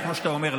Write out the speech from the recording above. כמו שאתה אומר,